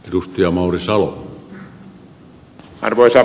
arvoisa herra puhemies